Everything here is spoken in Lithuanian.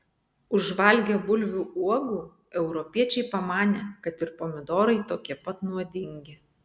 užvalgę bulvių uogų europiečiai pamanė kad ir pomidorai tokie pat nuodingi